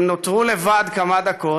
הם נותרו לבד כמה דקות.